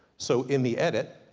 so in the edit,